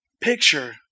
picture